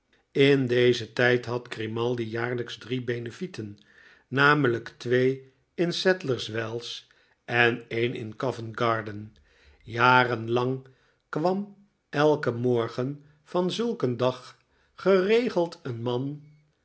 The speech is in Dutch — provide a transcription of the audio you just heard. in dezen tijd had grimaldi jaarlijks drie benefleten namelijk twee in sadlers wells en een in govent garden jarenlang kwam elken morgen van zulk een dag geregeld een man